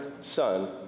Son